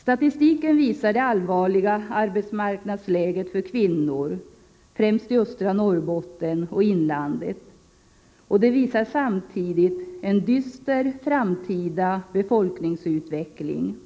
Statistiken visar det allvarliga arbetsmarknadsläget för kvinnor, främst i Östra Norrbotten och i inlandet. Den utvisar samtidigt en dyster framtida befolkningsutveckling.